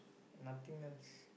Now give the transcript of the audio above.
nothing else